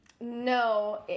No